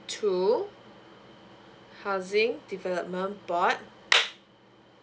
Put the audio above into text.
two housing development board